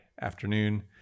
afternoon